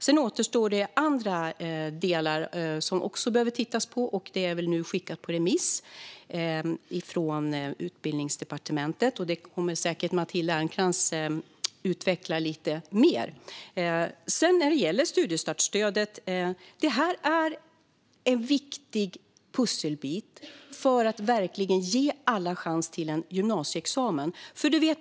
Sedan återstår andra delar som vi också behöver titta på, och det är väl skickat på remiss från Utbildningsdepartementet. Matilda Ernkrans kommer säkert att utveckla det lite mer. Studiestartsstödet är en viktig pusselbit för att verkligen ge alla chans till en gymnasieexamen.